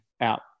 out